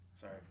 Sorry